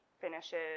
finishes